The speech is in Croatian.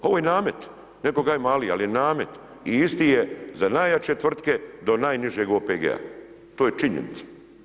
Ovo je namet, netko kaže mali, ali je namet i isti je za najjače tvrtke do najnižeg OPG-a, to je činjenica.